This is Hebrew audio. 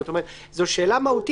זו שאלה מהותית.